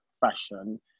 fashion